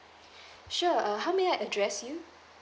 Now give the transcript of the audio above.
sure uh how may I address you